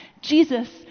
Jesus